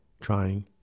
trying